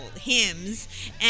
hymns